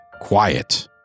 Quiet